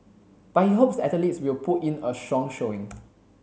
but he hopes the athletes will put in a strong showing